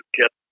get